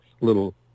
little